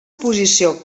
posició